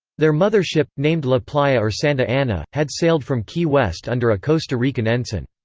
their mother ship, named la playa or santa ana, had sailed from key west under a costa rican ensign.